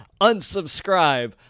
Unsubscribe